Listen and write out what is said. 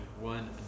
one